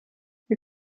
wir